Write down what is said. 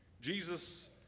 Jesus